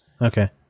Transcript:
Okay